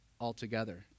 altogether